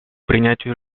принятию